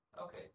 Okay